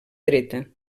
dreta